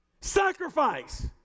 sacrifice